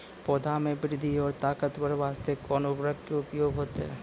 पौधा मे बृद्धि और ताकतवर बास्ते कोन उर्वरक के उपयोग होतै?